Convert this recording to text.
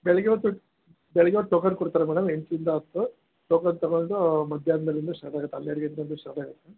ಬೆಳಗ್ಗೆ ಹೊತ್ತು ಬೆಳಗ್ಗೆ ಹೊತ್ತು ಟೋಕನ್ ಕೊಡ್ತಾರೆ ಮೇಡಮ್ ಎಂಟರಿಂದ ಹತ್ತು ಟೋಕನ್ ತಗೊಂಡು ಮಧ್ಯಾಹ್ನ ಮೇಲಿಂದ ಸ್ಟಾರ್ಟಾಗುತ್ತೆ ಹನ್ನೆರಡು ಗಂಟೆಯಿಂದ ಸ್ಟಾರ್ಟಾಗುತ್ತೆ